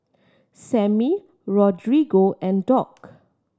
Sammy Rodrigo and Dock